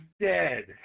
dead